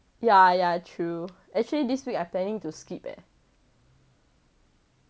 yeah yeah true actually this week I planning to skip leh